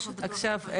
עכשיו,